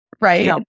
right